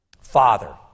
father